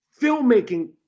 filmmaking